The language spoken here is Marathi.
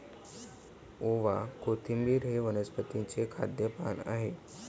ओवा, कोथिंबिर हे वनस्पतीचे खाद्य पान आहे